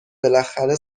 بالاخره